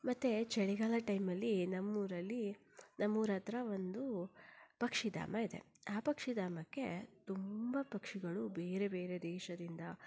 ಮತ್ತು ಚಳಿಗಾಲ ಟೈಮಲ್ಲಿ ನಮ್ಮೂರಲ್ಲಿ ನಮ್ಮೂರ ಹತ್ರ ಒಂದು ಪಕ್ಷಿಧಾಮ ಇದೆ ಆ ಪಕ್ಷಿಧಾಮಕ್ಕೆ ತುಂಬ ಪಕ್ಷಿಗಳು ಬೇರೆ ಬೇರೆ ದೇಶದಿಂದ